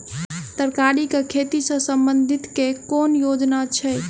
तरकारी केँ खेती सऽ संबंधित केँ कुन योजना छैक?